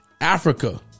Africa